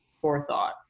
forethought